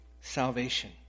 salvation